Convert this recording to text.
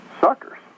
suckers